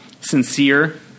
sincere